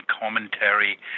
commentary